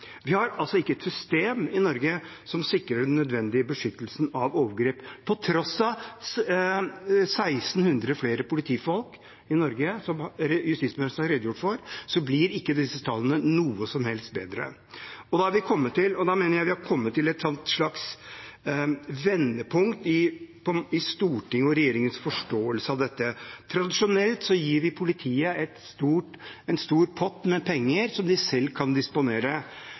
Vi har altså ikke et system i Norge som sikrer nødvendig beskyttelse mot overgrep. På tross av 1 600 flere politifolk i Norge, som justisministeren har redegjort for, blir ikke disse tallene noe som helst bedre. Da mener jeg vi er kommet til et slags vendepunkt i Stortingets og regjeringens forståelse av dette. Tradisjonelt gir vi politiet en stor pott med penger som de selv kan disponere.